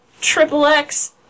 XXX